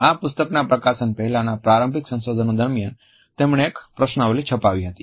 આ પુસ્તકના પ્રકાશન પહેલાના પ્રારંભિક સંશોધન દરમિયાન તેમણે એક પ્રશ્નાવલી છપાવી હતી